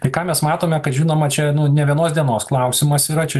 tai ką mes matome kad žinoma čia ne vienos dienos klausimas yra čia